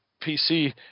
PC